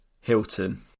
Hilton